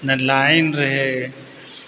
नहि लाइन रहै